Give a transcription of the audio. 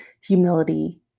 humility